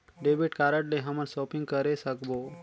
Debit card ले हमन shopping करे सकबो?